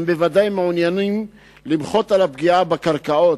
הם בוודאי מעוניינים למחות על הפגיעה בקרקעות,